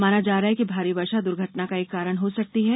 माना जा रहा है कि भारी वर्षा दुर्घटना का एक कारण हो सकती है